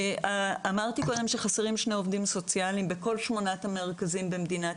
אמרתי קודם שחסרים שני עובדים סוציאליים בכל שמונת המרכזים במדינת